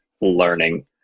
learning